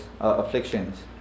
afflictions